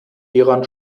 hieran